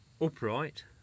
upright